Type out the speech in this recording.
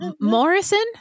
Morrison